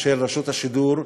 של רשות השידור,